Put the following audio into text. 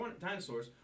dinosaurs